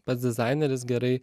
pats dizaineris gerai